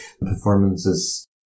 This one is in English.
performances